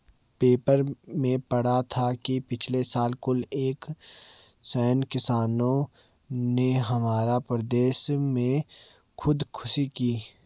paper में पढ़ा था कि पिछले साल कुल एक सौ किसानों ने हमारे प्रदेश में खुदकुशी की